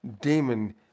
demon